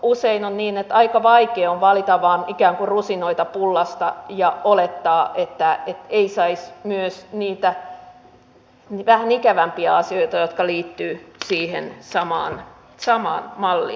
usein on niin että aika vaikea on valita vain ikään kuin rusinoita pullasta ja olettaa että ei saisi myös niitä vähän ikävämpiä asioita jotka liittyvät siihen samaan malliin